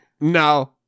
No